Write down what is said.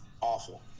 awful